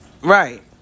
right